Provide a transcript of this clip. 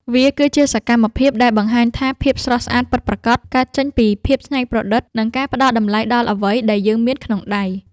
វាគឺជាសកម្មភាពដែលបង្ហាញថា ភាពស្រស់ស្អាតពិតប្រាកដ កើតចេញពីភាពច្នៃប្រឌិត និងការផ្ដល់តម្លៃដល់អ្វីដែលយើងមានក្នុងដៃ។